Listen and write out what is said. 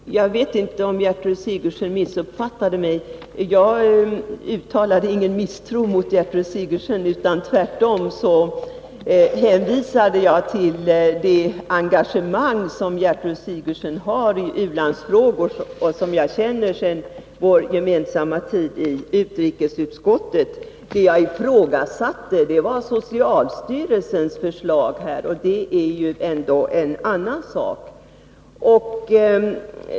Herr talman! Jag vet inte om Gertrud Sigurdsen missuppfattade mig. Jag uttalade ingen misstro mot Gertrud Sigurdsen. Tvärtom hänvisade jag till det engagemang som Gertrud Sigurdsen har i u-landsfrågor och som jag känner till sedan vår gemensamma tid i utrikesutskottet. Vad jag ifrågasatte var socialstyrelsens förslag, och det är en annan sak.